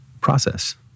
process